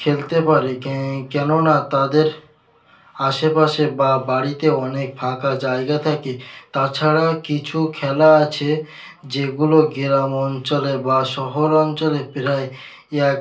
খেলতে পারে ক্যা কেননা তাদের আশেপাশে বা বাড়িতে অনেক ফাঁকা জায়গা থাকে তাছাড়া কিছু খেলা আছে যেগুলো গ্রাম অঞ্চলে বা শহর অঞ্চলে প্রায় এক